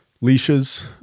leashes